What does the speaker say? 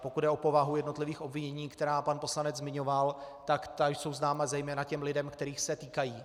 Pokud jde o povahu jednotlivých obvinění, která pan poslanec zmiňoval, tak ta jsou známa zejména těm lidem, kterých se týkají.